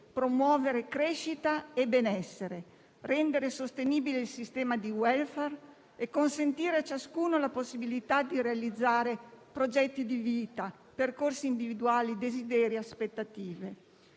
promuovere crescita e benessere, rendere sostenibile il sistema di *welfare* e consentire a ciascuno la possibilità di realizzare progetti di vita, percorsi individuali, desideri, aspettative.